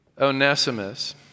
Onesimus